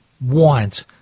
want